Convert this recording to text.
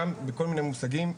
גם בכל מיני מושגים.